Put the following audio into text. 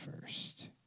first